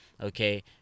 okay